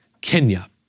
Kenya